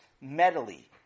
medley